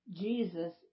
Jesus